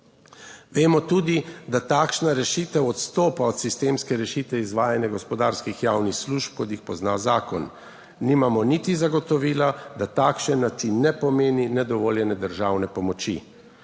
Vemo tudi, da takšna rešitev odstopa od sistemske rešitve izvajanja gospodarskih javnih služb, kot jih pozna zakon. Nimamo niti zagotovila, da takšen način ne pomeni **9. TRAK: (DAG)